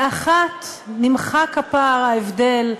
באחת נמחק הפער, ההבדל,